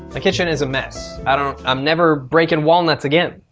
ah kitchen is a mess. i don't i'm never breaking walnuts again.